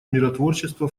миротворчества